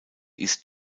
ist